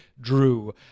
Drew